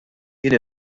jien